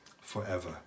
forever